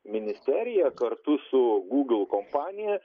ministerija kartu su google kompanija